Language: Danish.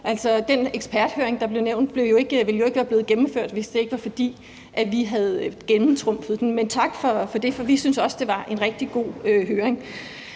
Den eksperthøring, der blev nævnt, ville jo ikke være blevet gennemført, hvis det ikke var, fordi vi havde gennemtrumfet den. Men tak for det, for vi synes også, det var en rigtig god høring.